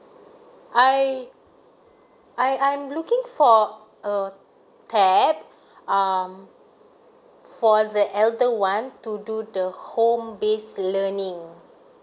I I I I'm looking for a tab um for the elder one to do the home based learning